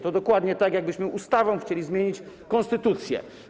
To dokładnie tak, jakbyśmy ustawą chcieli zmienić konstytucję.